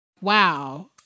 wow